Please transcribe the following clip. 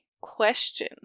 question